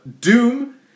Doom